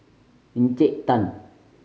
Encik Tan